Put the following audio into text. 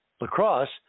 lacrosse